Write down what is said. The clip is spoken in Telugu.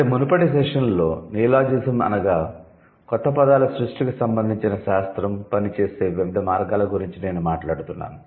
కాబట్టి మునుపటి సెషన్లో నియోలాజిజం అనగా కొత్త పదాల సృష్టికి సంబంధించిన శాస్త్రం పనిచేసే వివిధ మార్గాల గురించి నేను మాట్లాడుతున్నాను